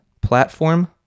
platform